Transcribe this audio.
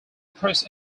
press